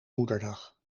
moederdag